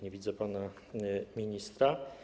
Nie widzę pana ministra.